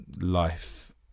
life